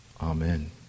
Amen